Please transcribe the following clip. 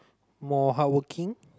more hardworking